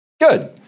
Good